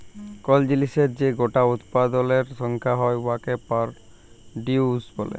call জিলিসের যে গটা উৎপাদলের সংখ্যা হ্যয় উয়াকে পরডিউস ব্যলে